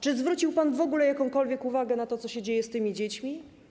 Czy zwrócił pan w ogóle jakąkolwiek uwagę na to, co się dzieje z tymi dziećmi?